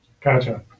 Gotcha